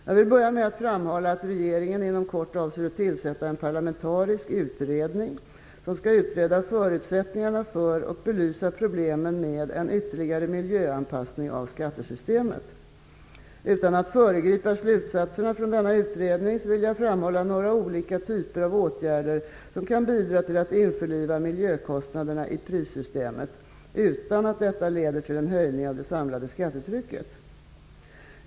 Jag vill böra med att framhålla att regeringen inom kort avser att tillsätta en parlamentarisk utredning som skall utreda förutsättningarna för att belysa problemen med en ytterligare miljöanpassning av skattesystemet. Utan att föregripa slutsatserna från denna utredning vill jag framhålla några olika typer av åtgärder vilka kan bidra till att införliva miljökostnaderna i prissystemet, utan att detta leder till en höjning av det samlade skattetrycket.